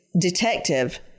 Detective